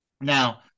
Now